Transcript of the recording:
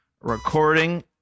recording